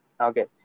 Okay